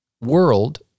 world